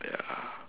ya